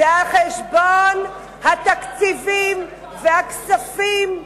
זה על-חשבון התקציבים, והכספים,